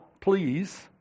please